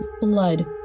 Blood